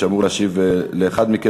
שאמור להשיב לאחד מכם,